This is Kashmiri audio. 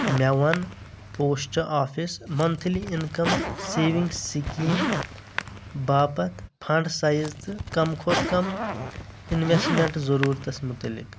مےٚ وَن post office monthly income savings scheme باپتھ فنڈ سایِز تہٕ کم کھۄتہٕ کم انویسمینٹ ضروٗرتَس مُتعلِق